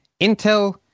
Intel